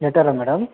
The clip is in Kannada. ಲೆಟರಾ ಮೇಡಮ್